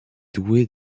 douée